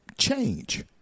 change